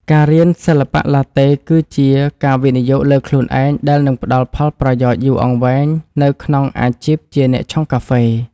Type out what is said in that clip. ការរៀនសិល្បៈឡាតេ គឺជាការវិនិយោគលើខ្លួនឯងដែលនឹងផ្តល់ផលប្រយោជន៍យូរអង្វែងនៅក្នុងអាជីពជាអ្នកឆុងកាហ្វេ។